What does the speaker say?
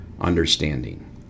understanding